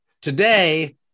Today